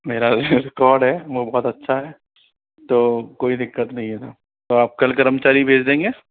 मेरा रिकार्ड है वो बहुत अच्छा है तो कोई दिक्कत नहीं है ना तो आप कल कर्मचारी भेज देंगे